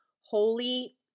holy